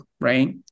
right